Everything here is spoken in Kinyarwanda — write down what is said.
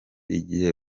igihe